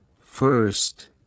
first